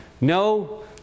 no